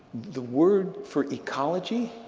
the word for ecology,